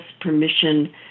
permission